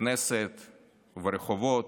בכנסת וברחובות,